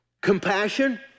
compassion